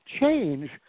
change